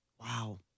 Wow